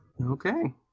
okay